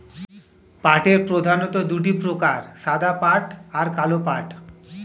পাটের প্রধানত দুটি প্রকার সাদা পাট আর কালো পাট